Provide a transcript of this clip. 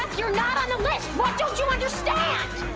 you're not on the list, what don't you understand?